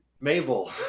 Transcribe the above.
Mabel